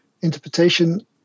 interpretation